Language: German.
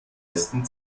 ersten